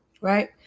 right